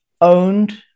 owned